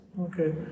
Okay